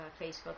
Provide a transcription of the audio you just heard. Facebook